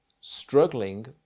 struggling